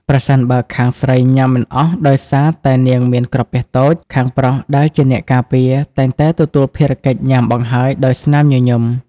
ប្រសិនបើខាងស្រីញ៉ាំមិនអស់ដោយសារតែនាងមានក្រពះតូច ខាងប្រុសដែលជាអ្នកការពារតែងតែទទួលភារកិច្ចញ៉ាំបង្ហើយដោយស្នាមញញឹម។